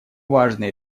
важные